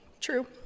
true